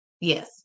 Yes